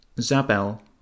Zabel